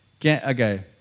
Okay